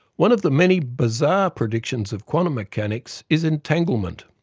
one of the many bizarre predictions of quantum mechanics is entanglement.